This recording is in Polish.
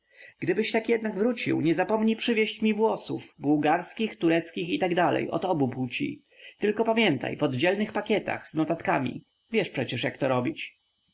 gdybyś jednak wrócił nie zapomnij przywieść mi włosów bułgarskich tureckich i tak dalej od obu płci tylko pamiętaj w oddzielnych pakietach z notatkami wiesz przecie jak to robić